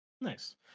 Nice